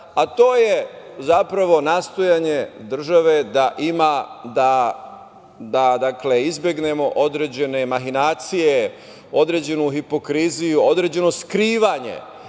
a to je nastojanje države da izbegnemo određene mahinacije, određenu hipokriziju, određeno skrivanje